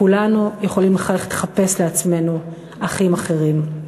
כולנו יכולים לחפש לעצמנו אחים אחרים.